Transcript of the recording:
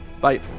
Bye